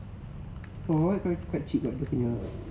awal-awal quite cheap [what] dia punya